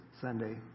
Sunday